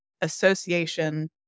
association